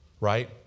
Right